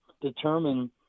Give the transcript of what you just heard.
determine